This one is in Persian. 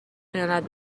خیانت